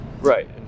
Right